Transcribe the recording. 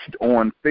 on